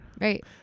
Right